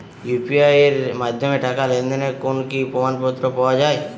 UPI এর মাধ্যমে টাকা লেনদেনের কোন কি প্রমাণপত্র পাওয়া য়ায়?